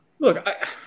Look